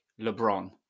LeBron